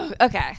Okay